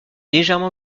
légèrement